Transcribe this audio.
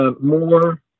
more